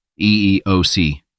EEOC